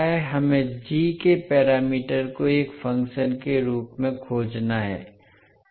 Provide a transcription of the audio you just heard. हमें g के parameter को एक फंक्शन के रूप में खोजना है